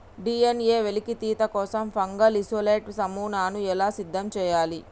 DNA వెలికితీత కోసం fungal isolate నమూనాను ఎలా సిద్ధం చెయ్యాలి?